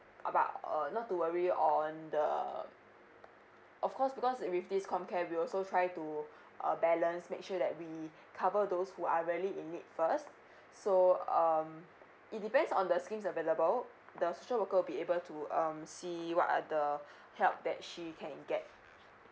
about uh not to worry on the of course because with this com care we also try to err balance make sure that we cover those who are really in need first so um it depends on the schemes available the social worker will be able to um see what are the help that she can get